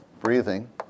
breathing